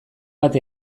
bat